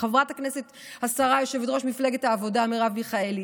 חברת הכנסת והשרה יושבת-ראש מפלגת העבודה מרב מיכאלי.